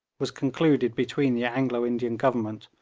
was concluded between the anglo-indian government,